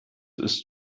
ist